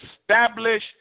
establish